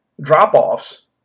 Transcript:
drop-offs